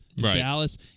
Dallas